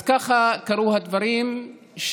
אז כך קרו הדברים,